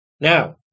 Now